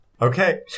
Okay